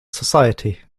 society